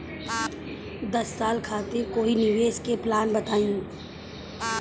दस साल खातिर कोई निवेश के प्लान बताई?